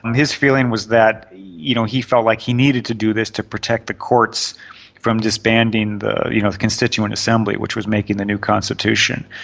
his feeling was that you know he felt like he needed to do this to protect the courts from disbanding the you know the constituent assembly which was making the new constitution.